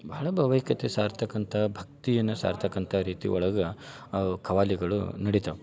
ಬಹಳ ಭಾವೈಕ್ಯತೆ ಸಾರ್ತಕಂಥ ಭಕ್ತಿಯನ್ನ ಸಾರ್ತಕಂಥ ರೀತಿ ಒಳಗೆ ಆ ಖವಾಲಿಗಳು ನಡಿತಾವೆ